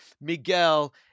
Miguel